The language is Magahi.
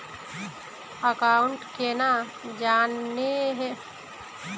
अकाउंट केना जाननेहव?